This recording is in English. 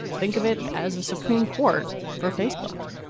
think of it as a supreme court for facebook.